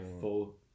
full